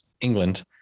England